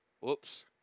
Whoops